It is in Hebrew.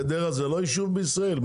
חדרה הוא לא יישוב בישראל?